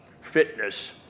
fitness